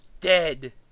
dead